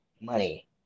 money